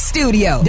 Studio